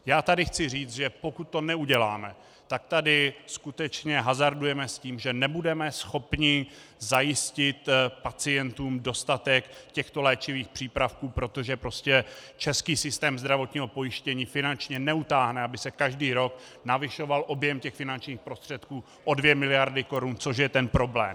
Já tady chci říci, že pokud to neuděláme, tak tady skutečně hazardujeme s tím, že nebudeme schopni zajistit pacientům dostatek těchto léčivých přípravků, protože prostě český systém zdravotního pojištění finančně neutáhne, aby se každý rok navyšoval objem finančních prostředků o 2 mld. korun, což je ten problém.